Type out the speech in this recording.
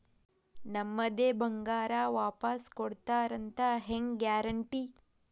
ನಮ್ಮದೇ ಬಂಗಾರ ವಾಪಸ್ ಕೊಡ್ತಾರಂತ ಹೆಂಗ್ ಗ್ಯಾರಂಟಿ?